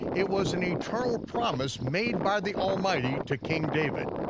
it was an eternal ah promise made by the almighty to king david.